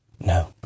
No